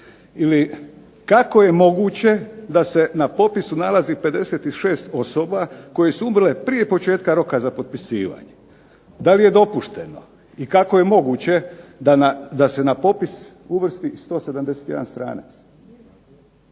ili kako je moguće da se na popisu nalazi 56 osoba koje su umrle prije početka rok aza potpisivanje. Da li je dopušteno i kako je moguće da se na popis uvrsti 171 stranac.